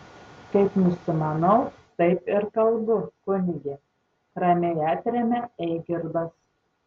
kaip nusimanau taip ir kalbu kunige ramiai atremia eigirdas